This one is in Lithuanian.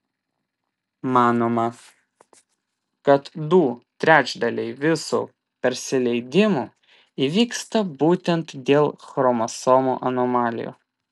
manoma kad du trečdaliai visų persileidimų įvyksta būtent dėl chromosomų anomalijų